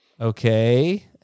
Okay